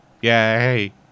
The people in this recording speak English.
Yay